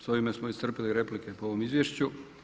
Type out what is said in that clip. S ovime smo iscrpili replike po ovom izvješću.